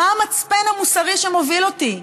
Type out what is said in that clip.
מה המצפן המוסרי שמוביל אותי?